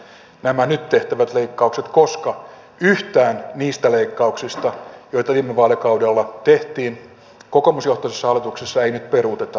nämä nyt tehtävät leikkauksethan ovat moninkertaisia koska yhtään niistä leikkauksista joita viime vaalikaudella tehtiin kokoomusjohtoisessa hallituksessa ei nyt peruuteta